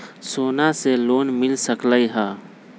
सोना से लोन मिल सकलई ह?